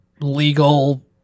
legal